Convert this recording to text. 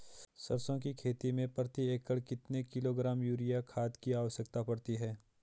सरसों की खेती में प्रति एकड़ कितने किलोग्राम यूरिया खाद की आवश्यकता पड़ती है?